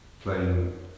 playing